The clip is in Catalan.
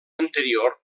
anterior